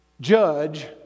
judge